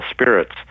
spirits